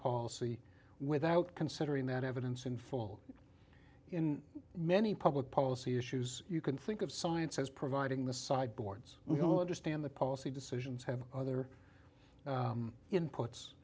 policy without considering that evidence in full in many public policy issues you can think of science as providing the sideboards you know understand the policy decisions have other inputs